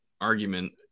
argument